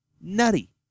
nutty